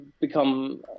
become